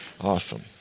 Awesome